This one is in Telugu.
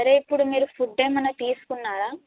సరే ఇప్పుడు మీరు ఫుడ్ ఏమన్నా తీసుకున్నారా